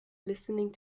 listening